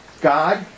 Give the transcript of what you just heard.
God